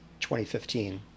2015